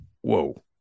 Whoa